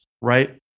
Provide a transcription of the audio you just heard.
right